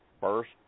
first